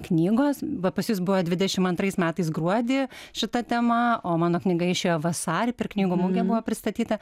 knygos va pas jus buvo dvidešimt antrais metais gruodį šita tema o mano knyga išėjo vasarį per knygų mugę buvo pristatyta